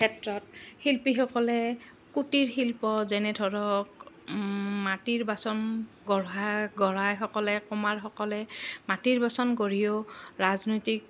ক্ষেত্ৰত শিল্পীসকলে কুটিৰ শিল্প যেনে ধৰক মাটিৰ বাচন গঢ়া গঢ়াইসকলে কুমাৰসকলে মাটিৰ বাচন গঢ়িও ৰাজনৈতিক